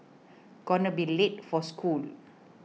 gonna be late for school